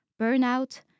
burnout